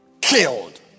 killed